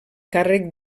càrrec